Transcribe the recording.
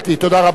תודה רבה.